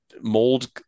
mold